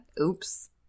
oops